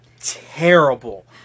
Terrible